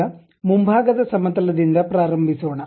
ಈಗ ಮುಂಭಾಗದ ಸಮತಲ ದಿಂದ ಪ್ರಾರಂಭಿಸೋಣ